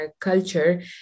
culture